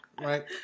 Right